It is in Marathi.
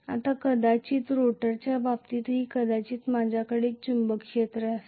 आता कदाचित रोटरच्या बाबतीतही कदाचित माझ्याकडे चुंबकीय क्षेत्र असेल